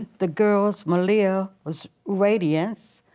the girls, malia was radiance.